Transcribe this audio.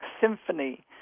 symphony